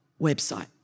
website